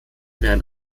werden